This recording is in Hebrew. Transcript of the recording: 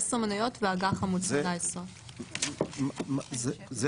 17 מניות ואג"ח עמוד 18. זה